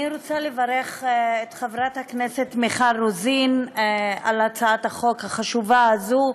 אני רוצה לברך את חברת הכנסת מיכל רוזין על הצעת החוק החשובה הזו.